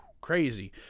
crazy